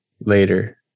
later